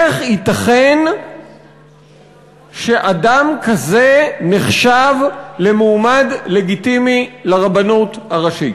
איך ייתכן שאדם כזה נחשב למועמד לגיטימי לרבנות הראשית?